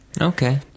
Okay